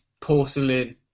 porcelain